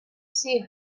see